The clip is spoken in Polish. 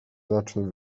zacznę